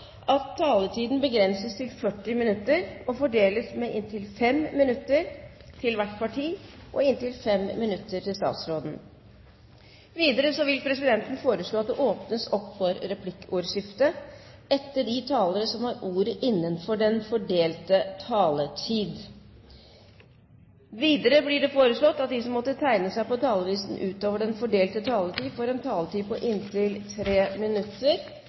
at taletiden begrenses til 40 minutter og fordeles med inntil 5 minutter til hvert parti og inntil 5 minutter til statsråden. Videre vil presidenten foreslå at det åpnes for replikkordskifte etter de talere som har ordet innenfor den fordelte taletid. Videre blir det foreslått at de som måtte tegne seg på talerlisten utover den fordelte taletid, får en taletid på inntil 3 minutter.